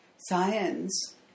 science